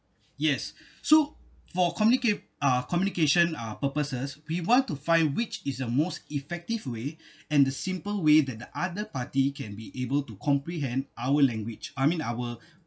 yes so for communicate uh communication uh purposes we want to find which is the most effective way and the simple way that the other party can be able to comprehend our language I mean our